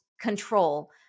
control